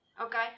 Okay